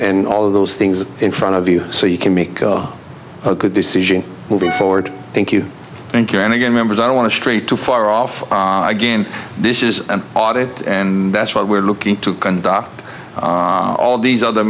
and all of those things in front of you so you can make a good decision moving forward thank you thank you and again members i don't want to stray too far off again this is an audit that's what we're looking at all these other